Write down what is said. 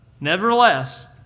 Nevertheless